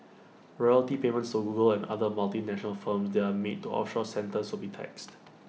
royalty payments so Google and other multinational firms that are made to offshore centres will be taxed